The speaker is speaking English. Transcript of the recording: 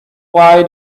why